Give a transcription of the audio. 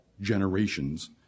generations